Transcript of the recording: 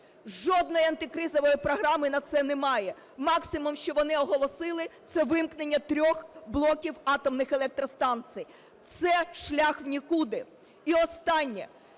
жодної антикризової програми на це немає, максимум, що вони оголосили – це вимкнення трьох блоків атомних електростанцій. Це шлях в нікуди. І останнє.